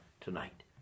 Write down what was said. tonight